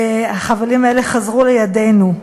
החבלים האלו חזרו לידינו.